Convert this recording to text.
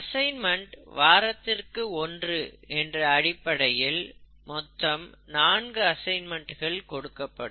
assignment வாரத்திற்கு ஒன்று என்ற அடிப்படையில் மொத்தம் நான்கு அசைன்மெண்ட் கொடுக்கப்படும்